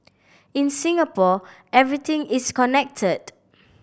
in Singapore everything is connected